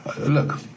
look